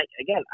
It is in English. again